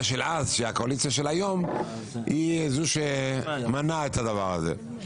של אז שהיא הקואליציה של היום היא זו שמנעה את הדבר הזה.